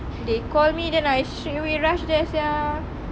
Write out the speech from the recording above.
they call me then I straight away rush there sia